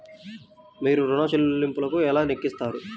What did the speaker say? మీరు ఋణ ల్లింపులను ఎలా లెక్కిస్తారు?